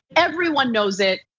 everyone knows it.